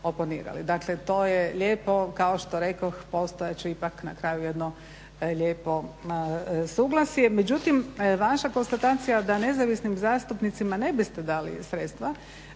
oponirali. Dakle, to je lijepo kao što rekoh postojat će ipak na kraju jedno lijepo suglasje. Međutim, vaša konstatacija da nezavisnim zastupnicima ne biste dali sredstva